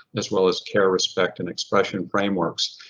as well as care, respect and expression frameworks.